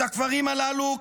את הכפרים הללו,